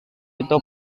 itu